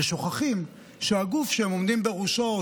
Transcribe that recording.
ושוכחים שהגוף שהם עומדים בראשו או